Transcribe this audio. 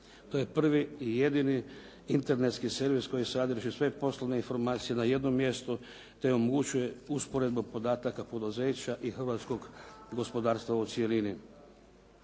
To je prvi i jedini internetski servis koji sadrži sve poslovne informacije na jednom mjestu te omogućuje usporedbu podataka poduzeća i hrvatskog gospodarstva u cjelini.